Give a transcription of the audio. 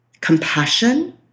compassion